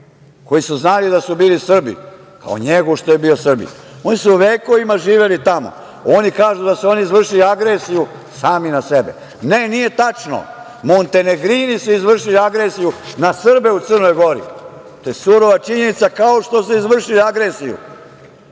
koji su znali da su bili Srbi, kao Njeguš što je bio Srbin. Oni su vekovima živeli tamo, oni kažu da su oni izvršili agresiju sami na sebe. Ne, nije tačno. Montenegrini su izvršili agresiju na Srbe u Crnoj Gori i to je surova činjenica, kao što su izvršili agresiju,